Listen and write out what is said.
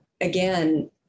again